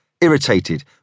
irritated